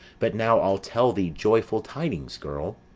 but now i'll tell thee joyful tidings, girl.